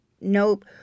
Nope